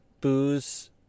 booze